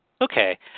Okay